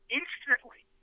instantly